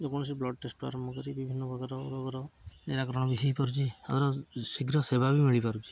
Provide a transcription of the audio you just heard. ଯେକୌଣସି blood test ଆରମ୍ଭ କରି ବିଭିନ୍ନ ପ୍ରକାର ରୋଗର ନିରାକରଣ ବି ହୋଇପାରୁଛି ଆଉ ଶୀଘ୍ର ସେବା ବି ମିଳିପାରୁଛି